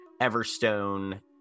Everstone